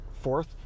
fourth